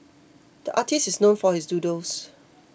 the artist is known for his doodles